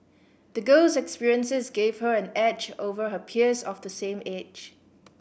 the girl's experiences gave her an edge over her peers of the same age